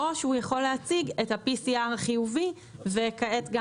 או שהוא יכול להציג את ה-PCR החיובי וכעת גם